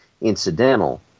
incidental